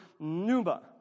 nuba